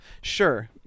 Sure